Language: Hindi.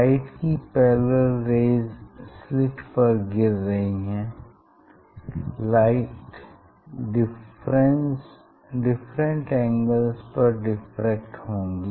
लाइट की पैरेलल रेज़ स्लिट पर गिर रही हैं लाइट डिफरेंट एंगल्स पर डिफ्रेक्ट होंगी